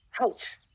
Ouch